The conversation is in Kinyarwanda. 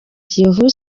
kiyovu